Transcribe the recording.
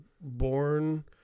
born